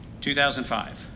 2005